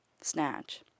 snatch